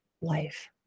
life